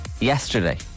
Yesterday